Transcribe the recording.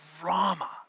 drama